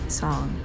song